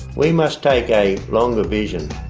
we must take a longer vision.